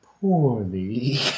poorly